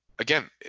again